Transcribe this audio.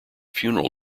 funeral